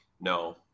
No